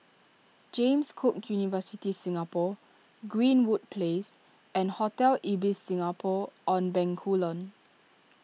James Cook University Singapore Greenwood Place and Hotel Ibis Singapore on Bencoolen